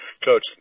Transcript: Coach